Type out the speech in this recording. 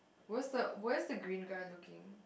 what's the where's the green guy looking